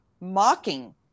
mocking